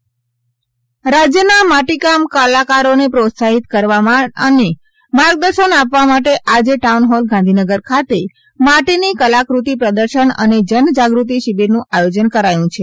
માટીની કલાક઼તિનું પ્રદર્શન રાજ્યના માટીકામ કલાકારોને પ્રોત્સાહિત કરવા અને માર્ગદર્શન આપવા માટે આજે ટાઉનહોલ ગાંધીનગર ખાતે માટીની કલાક્રતિ પ્રદર્શન અને જનજાગૃતિ શિબિરનું આયોજન કરાયું છે